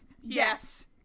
Yes